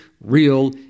real